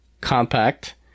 compact